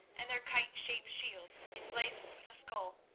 and their kite-shaped shields, emblazoned with a skull,